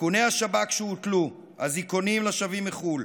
איכוני השב"כ שהוטלו, אזיקונים לשבים מחו"ל,